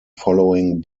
following